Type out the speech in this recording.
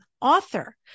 author